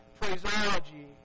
phraseology